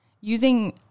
using